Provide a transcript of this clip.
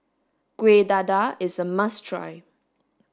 Kueh Dadar is a must try